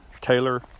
Taylor